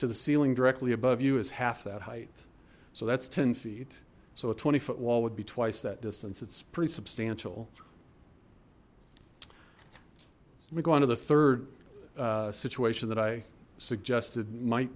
to the ceiling directly above you is half that height so that's ten feet so a twenty foot wall would be twice that distance it's pretty substantial let me go on to the third situation that i suggested might